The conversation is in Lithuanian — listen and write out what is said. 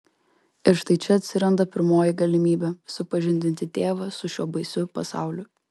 ir štai čia atsiranda pirmoji galimybė supažindinti tėvą su šiuo baisiu pasauliu